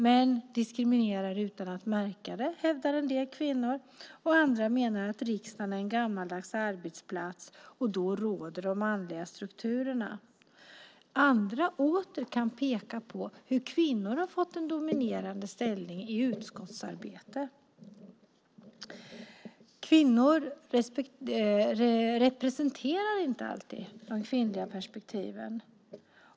Män dominerar utan att märka det hävdar en del kvinnor. Andra menar att riksdagen är en gammaldags arbetsplats, och då råder de manliga strukturerna. Andra kan åter peka på hur kvinnor har fått en dominerande ställning i utskottsarbetet. Kvinnor representerar inte alltid de kvinnliga perspektiven.